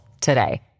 today